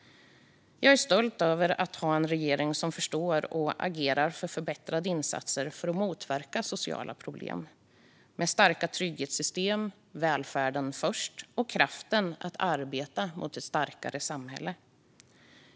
Jag är stolt över att ha en regering som förstår och agerar för förbättrade insatser för att motverka sociala problem - med starka trygghetssystem, välfärden först och kraften att arbeta mot ett starkare samhälle.